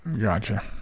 Gotcha